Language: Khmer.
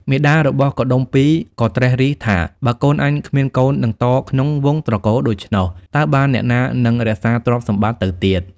មាតារបស់កុដុម្ពីក៍ ក៏ត្រិះរិះថា "បើកូនអញគ្មានកូននឹងតក្នុងវង្ស ត្រកូលដូច្នោះ តើបានអ្នកណានឹងរក្សាទ្រព្យសម្បត្តិទៅទៀត”។